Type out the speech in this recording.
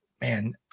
man